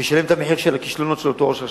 וישלם את מחיר הכישלונות של אותו ראש רשות.